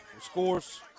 Scores